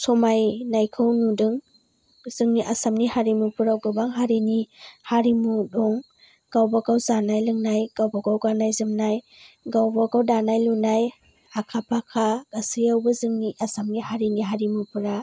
समायनायखौ नुदों जोंनि आसामनि हारिमुफोराव गोबां हारिनि हारिमु दं गावबा गाव जानाय लोंनाय गावबा गाव गाननाय जोमनाय गावबा गाव दानाय लुनाय आखा फाखा गासैयावबो जोंनि आसामनि हारिमुफोरा